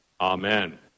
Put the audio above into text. Amen